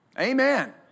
Amen